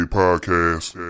podcast